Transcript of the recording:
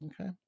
Okay